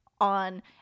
on